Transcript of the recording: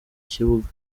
kibuga